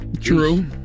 True